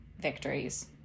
victories